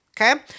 okay